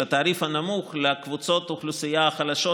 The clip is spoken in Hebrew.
של התעריף הנמוך לקבוצות האוכלוסייה החלשות,